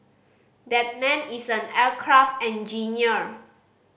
that man is an aircraft engineer